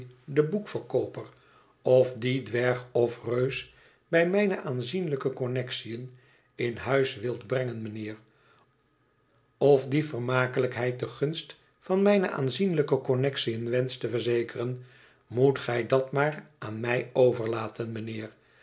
de boekverkooper of dien dwerg of reus bij mijne aanzienlijke connexiën in huis wilt brengen mijnheer of die vermakelijkheid de gunst van mijne aanzienlijke connexiën wenscht te verzekeren moet gij dat maar aan mij overlaten mijnheer